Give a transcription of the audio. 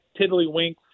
tiddlywinks